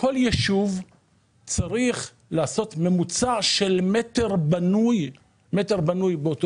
בכל ישוב צריך לעשות ממוצע של מטר בנוי באותו